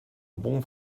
bon